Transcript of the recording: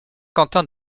quentin